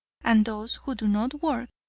and those who do not work,